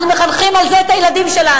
אנחנו מחנכים על זה את הילדים שלנו,